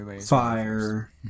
Fire